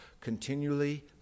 continually